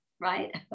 right